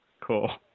Cool